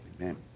Amen